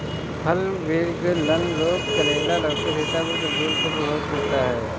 फल विगलन रोग करेला, लौकी, सीताफल, तरबूज को प्रभावित करता है